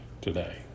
today